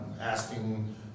asking